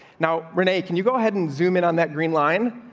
now, renee, can you go ahead and zoom in on that green line.